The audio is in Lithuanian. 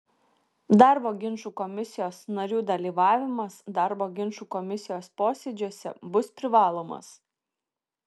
darbo ginčų komisijos narių dalyvavimas darbo ginčų komisijos posėdžiuose bus privalomas